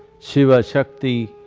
shiva-shakti,